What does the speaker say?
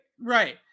Right